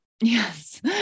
Yes